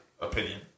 opinion